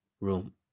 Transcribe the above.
room